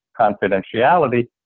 confidentiality